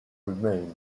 remained